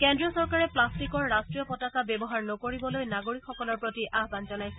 কেন্দ্ৰীয় চৰকাৰে প্লাষ্টিকৰ ৰাষ্ট্ৰীয় পতাকা ব্যৱহাৰ নকৰিবলৈ নাগৰিকসকলৰ প্ৰতি আহান জনাইছে